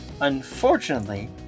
unfortunately